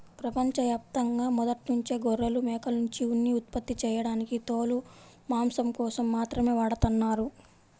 ప్రపంచ యాప్తంగా మొదట్నుంచే గొర్రెలు, మేకల్నుంచి ఉన్ని ఉత్పత్తి చేయడానికి తోలు, మాంసం కోసం మాత్రమే వాడతన్నారు